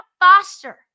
Foster